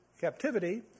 captivity